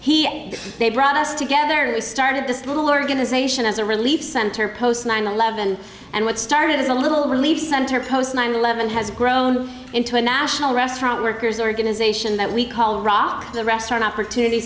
and they brought us together who started this little organization as a relief center post nine eleven and what started as a little relief center post nine eleven has grown into a national restaurant workers organization that we call rock the rest an opportunity